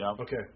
Okay